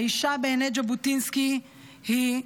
האישה בעיני ז'בוטינסקי היא: